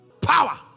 power